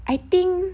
I think